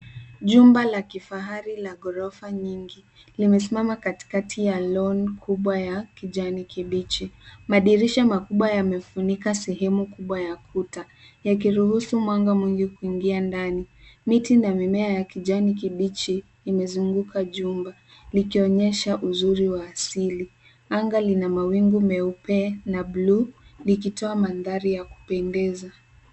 Jumba la kifahari la ghorofa nyingi limesimama katikati ya lawn kubwa ya kijani kibichi. Madirisha makubwa yamefunika sehemu kubwa ya kuta yakiruhusu mwanga mwingi kuingia ndani. Miti na mimea ya kijani kibichi imezunguka jumba. likionyesha uzuri wa asili. Anga lina mawingu meupe na buluu likitoa mandhari ya kupendeza.